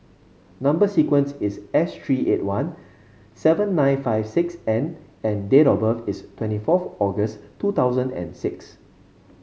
number sequence is S three eight one seven nine five six N and date of birth is twenty fourth August two thousand and six